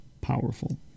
powerful